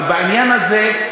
אבל בעניין הזה,